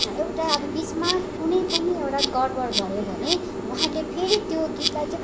एउटा अब बिचमा कुनै पनि एउटा गडबड भयो भने उहाँहरूले फेरि त्यो गीतलाई चाहिँ